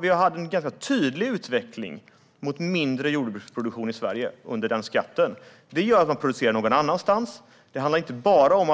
Vi hade en ganska tydlig utveckling mot mindre jordbruksproduktion i Sverige under den skatten. Detta gör att man producerar någon annanstans. Det handlar inte bara om